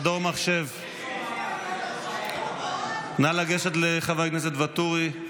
מדור מחשב, נא לגשת לחבר הכנסת ואטורי.